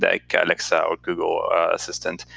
like alexa or google assistant.